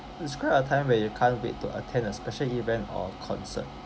describe a time where you can't wait to attend a special event or a concert